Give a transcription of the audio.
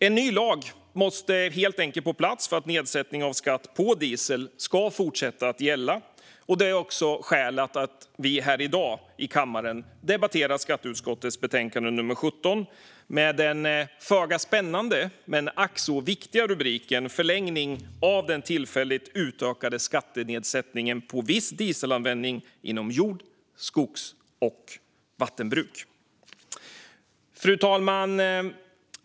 En ny lag måste helt enkelt på plats för att nedsättningen av skatt på diesel ska fortsätta gälla, och det är också skälet till att vi här i dag i kammaren debatterar Skatteutskottets betänkande nummer 17 med den föga spännande, men ack så viktiga, rubriken Förlängning av den tillfälligt utökade skattenedsättningen på viss dieselanvändning inom jord , skogs och vattenbruk . Fru talman!